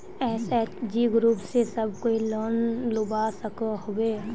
SHG group से सब कोई लोन लुबा सकोहो होबे?